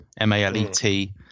m-a-l-e-t